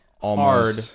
hard